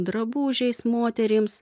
drabužiais moterims